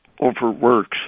overworks